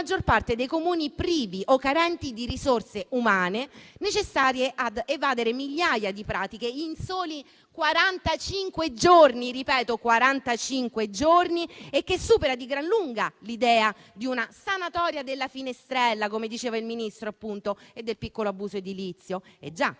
maggior parte dei Comuni privi o carenti di risorse umane necessarie ad evadere migliaia di pratiche in soli quarantacinque giorni. Questo supera di gran lunga l'idea di una sanatoria della finestrella, come diceva il Ministro, e del piccolo abuso edilizio.